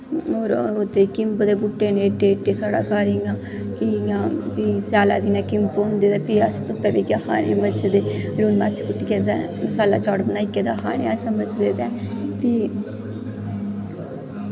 होर किंम्बे दे बूह्टे न एड्डे एड्डे साढ़ै घर इ'यां स्यालै दै दिनै किंम्ब होंदे फ्ही असें धुप्पा बेहियै खानें मजे दे इ'यां लून मर्च कुट्टियै मसाला चाट बनाइयै ओह्दा ते खाना असें मजे दा फ्ही